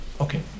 Okay